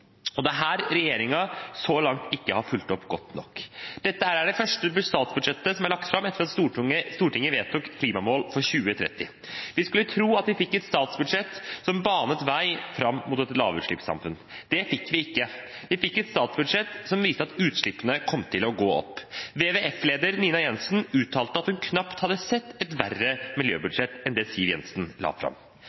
Det er her regjeringen så langt ikke har fulgt godt nok opp. Dette er det første statsbudsjettet som er lagt fram etter at Stortinget vedtok klimamål for 2030. Vi skulle tro at vi fikk et statsbudsjett som banet vei fram mot et lavutslippssamfunn. Det fikk vi ikke. Vi fikk et statsbudsjett som viste at utslippene kom til å gå opp. WWF-leder Nina Jensen uttalte at hun knapt hadde sett et verre miljøbudsjett enn det Siv Jensen la fram.